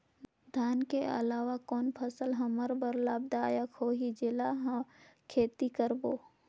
धान के अलावा कौन फसल हमर बर लाभदायक होही जेला खेती करबो?